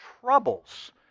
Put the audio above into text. troubles